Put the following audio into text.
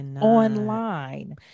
online